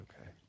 Okay